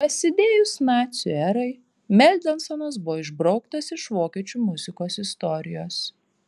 prasidėjus nacių erai mendelsonas buvo išbrauktas iš vokiečių muzikos istorijos